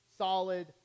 solid